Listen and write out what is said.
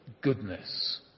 goodness